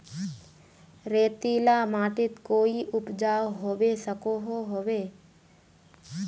रेतीला माटित कोई उपजाऊ होबे सकोहो होबे?